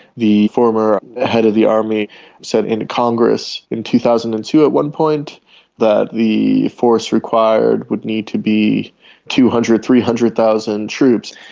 the former head of the army said in congress in two thousand and two at one point that the force required would need to be two hundred thousand, three hundred thousand troops.